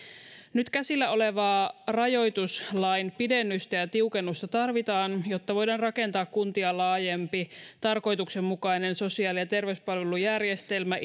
nyt käsillä olevaa rajoituslain pidennystä ja tiukennusta tarvitaan jotta voidaan rakentaa kuntia laajempi tarkoituksenmukainen sosiaali ja terveyspalvelujärjestelmä